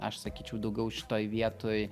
aš sakyčiau daugiau šitoj vietoj